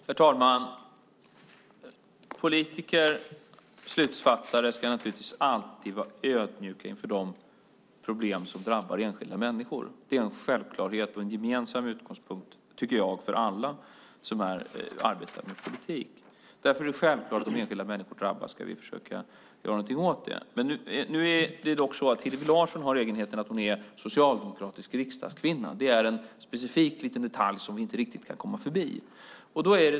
Herr talman! Politiker och beslutsfattare ska naturligtvis alltid vara ödmjuka inför de problem som drabbar enskilda människor. Det är en självklarhet och en gemensam utgångspunkt för alla som arbetar med politik. Det är därför självklart att vi ska försöka göra någonting åt det om enskilda människor drabbas. Det är dock så att Hillevi Larsson har egenheten att hon är socialdemokratisk riksdagskvinna. Det är en specifik liten detalj som vi inte riktigt kan komma förbi.